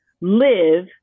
live